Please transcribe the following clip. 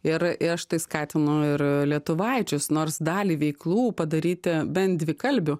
ir ir aš tai skatinu ir a lietuvaičius nors dalį veiklų padaryti bent dvikalbių